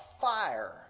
fire